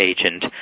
agent